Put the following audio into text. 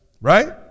Right